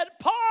Paul